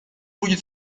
будет